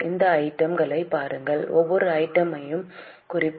இந்த ஐட்டம் களைப் பாருங்கள் ஒவ்வொரு ஐட்டம் யையும் குறிப்போம்